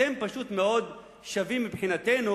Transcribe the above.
אתם פשוט מאוד שווים מבחינתנו,